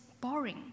boring